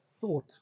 thought